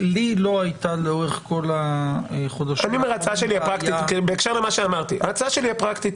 לא הייתה לאורך כל החודשים האחרונים בעיה --- ההצעה הפרקטית